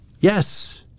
Yes